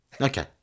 Okay